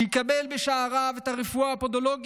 שיקבל בשעריו את הרפואה הפודולוגית,